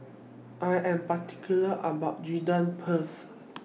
I Am particular about Gudeg Putih